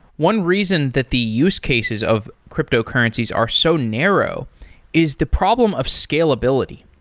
one reason that the use cases of cryptocurrencies are so narrow is the problem of scalability.